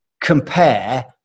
compare